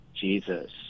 Jesus